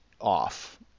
off